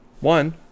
one